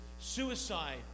suicide